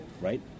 right